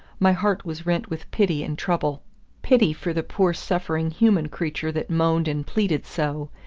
my heart was rent with pity and trouble pity for the poor suffering human creature that moaned and pleaded so,